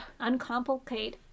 Uncomplicate